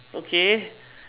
okay